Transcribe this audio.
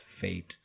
fate